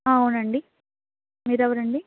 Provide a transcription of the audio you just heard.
అవునండి మీరెవరండి